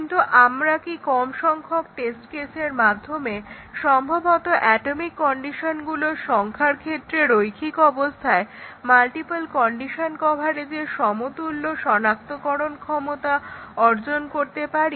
কিন্তু আমরা কি কম সংখ্যক টেস্ট কেসের মাধ্যমে সম্ভবত অ্যাটমিক কন্ডিশনগুলোর সংখ্যার ক্ষেত্রে রৈখিক অবস্থায় মাল্টিপল কন্ডিশন কভারেজের সমতুল্য সনাক্তকরণ ক্ষমতা অর্জন করতে পারি